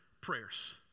prayers